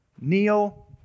kneel